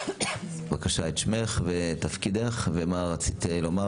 בבקשה, את שמך ותפקידך ומה רצית לומר.